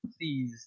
please